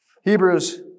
Hebrews